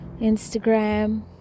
Instagram